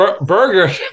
burger